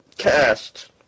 cast